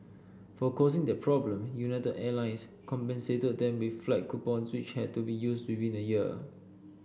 for causing that problem United Airlines compensated them with flight coupon which had to be used within a year